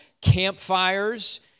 Campfires